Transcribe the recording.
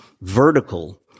vertical